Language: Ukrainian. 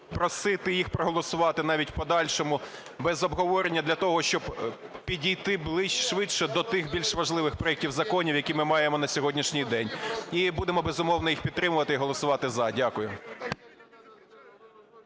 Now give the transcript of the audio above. просити їх проголосувати, навіть в подальшому без обговорення, для того щоб підійти швидше до тих більш важливих проектів законів, які ми маємо на сьогоднішній день. І будемо, безумовно, їх підтримувати і голосувати "за". Дякую.